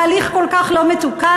בהליך כל כך לא מתוקן?